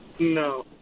No